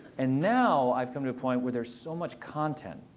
and now i've come to a point where there's so much content